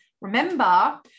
remember